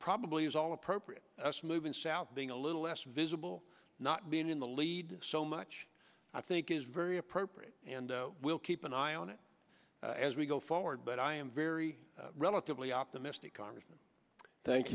probably is all appropriate moving south being a little less visible not being in the lead so much i think is very appropriate and we'll keep an eye on it as we go forward but i am very relatively optimistic congressman thank